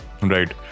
right